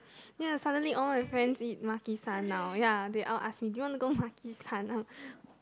ya suddenly all my friends eat Maki-San now ya they all ask me do you wanna go Maki-San now